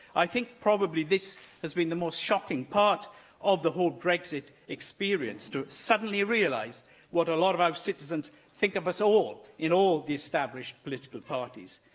i think probably this has been the most shocking part of the whole brexit experience, to suddenly realise what a lot of our citizens think of us all in all the established political parties.